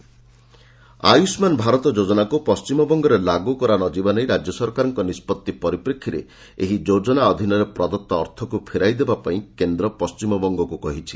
ଆୟୁଷ୍ମାନ ଭାରତ ଆୟୁଷ୍ମାନ ଭାରତ ଯୋଜନାକୁ ପଣ୍ଟିମବଙ୍ଗରେ ଲାଗୁ କରା ନ ଯିବା ନେଇ ରାଜ୍ୟ ସରକାରଙ୍କ ନିଷ୍ପଭି ପରିପ୍ରେକ୍ଷୀରେ ଏହି ଯୋଜନା ଅଧୀନରେ ପ୍ରଦତ୍ତ ଅର୍ଥକୁ ଫେରାଇ ଦେବାପାଇଁ କେନ୍ଦ୍ର ପଣ୍ଟିମବଙ୍ଗକୁ କହିଛି